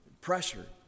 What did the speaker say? Pressure